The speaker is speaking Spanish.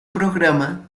programa